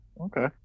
Okay